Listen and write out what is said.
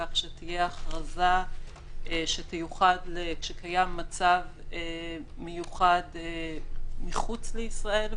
כך שתהיה הכרזה שקיים מצב מיוחד מחוץ לישראל,